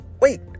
Wait